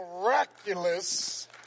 Miraculous